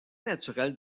naturelle